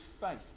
faith